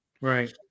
Right